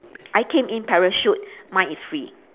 I came in parachute mine is free